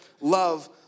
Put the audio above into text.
love